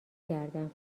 کردم